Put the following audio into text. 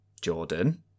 Jordan